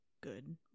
good